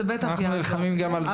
זה בטח --- אנחנו נלחמים גם על זה.